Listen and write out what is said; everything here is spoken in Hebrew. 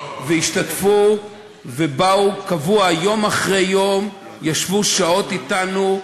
והשתתפו ובאו קבוע, יום אחרי יום, ישבו שעות אתנו,